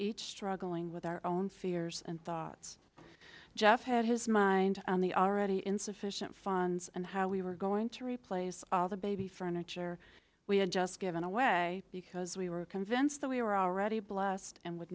each struggling with our own fears and thoughts geoff had his mind on the already insufficient funds and how we were going to replace all the baby furniture we had just given away because we were convinced that we were already blessed and would